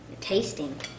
Tasting